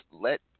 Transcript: let